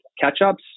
catch-ups